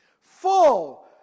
Full